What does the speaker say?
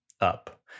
up